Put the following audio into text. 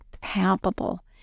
palpable